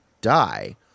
die